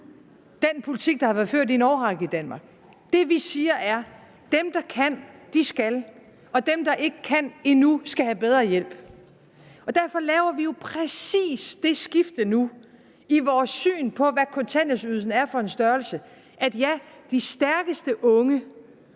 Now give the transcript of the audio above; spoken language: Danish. den politik, der har været ført i en årrække i Danmark. Det, vi siger, er, at dem, der kan, skal, og dem, der ikke kan endnu, skal have bedre hjælp. Derfor laver vi jo præcis det skifte nu i vores syn på, hvad kontanthjælpsydelsen er for en størrelse. Ja, de stærkeste unge